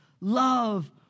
love